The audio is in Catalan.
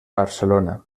barcelona